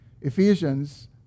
Ephesians